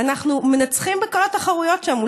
אנחנו מנצחים בכל התחרויות שם.